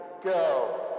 go